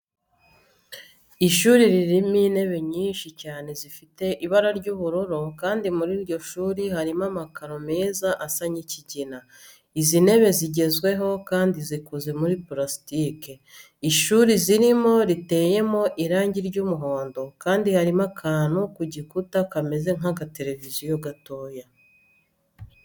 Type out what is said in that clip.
Ishuri ririmo intebe nyinshi cyane zifite ibara ry'ubururu kandi muri iryo shuri harimo amakaro meza asa nk'ikigina. Izi ntebe zigezweho kandi zikoze muri parasitike. Ishuri zirimo riteyemo irangi ry'umuhondo kandi harimo akantu ku gikuta kameze nk'agateleviziyo gatoya.